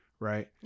right